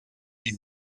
die